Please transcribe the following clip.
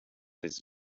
his